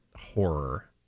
horror